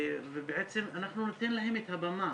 ובעצם אנחנו נותנים להם את הבמה,